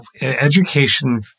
education